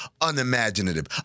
Unimaginative